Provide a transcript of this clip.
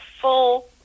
full